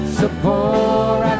support